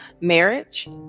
marriage